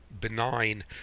benign